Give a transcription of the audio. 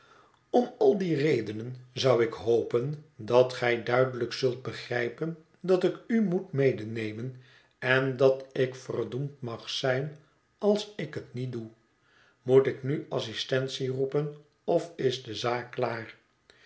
om al die redenen zou ik hopen dat gij duidelijk zult begrijpen dat ik u moet medenemen en dat ik verdoemd mag zijn als ik het niet doe moet ik nu assistentie roepen of is de zaak klaar